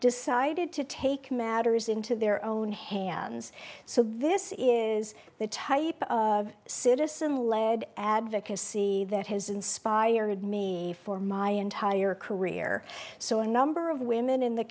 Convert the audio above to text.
decided to take matters into their own hands so this is the type of citizen led advocacy that has inspired me for my entire career so a number of women in the